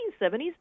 1970s